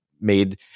made